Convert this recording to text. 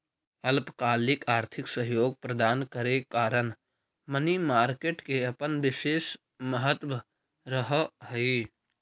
अल्पकालिक आर्थिक सहयोग प्रदान करे कारण मनी मार्केट के अपन विशेष महत्व रहऽ हइ